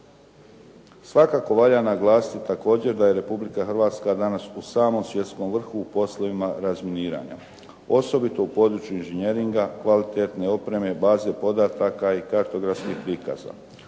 Svakako valja naglasiti također da je Republika Hrvatska danas u samom svjetskom vrhu u poslovima razminiranja. Osobito u području inženjeringa, kvalitetne opreme, baze podataka i kartografskih prikaza.